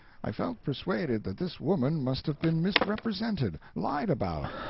i felt persuaded that this woman must have been misrepresented, lied about.